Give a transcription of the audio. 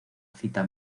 cita